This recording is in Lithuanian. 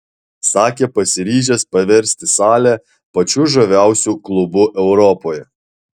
sakė pasiryžęs paversti salę pačiu žaviausiu klubu europoje